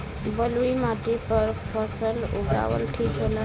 बलुई माटी पर फसल उगावल ठीक होला?